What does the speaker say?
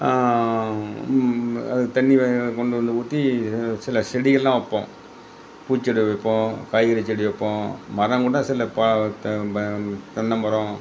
அதுக்கு தண்ணியை கொண்டு வந்து ஊற்றி சில செடிகளெலாம் வைப்போம் பூச்செடி வைப்போம் காய்கறி செடி வைப்போம் மரம்கூட சில ப தென்னைமரம்